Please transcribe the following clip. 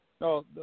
No